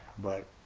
but